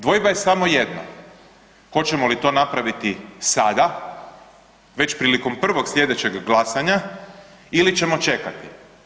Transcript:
Dvojba je samo jedna, hoćemo li to napraviti sada već prilikom prvog slijedećeg glasanja ili ćemo čekati.